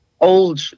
old